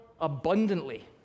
abundantly